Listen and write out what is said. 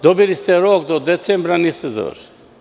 Dobili ste rok do decembra, niste završili.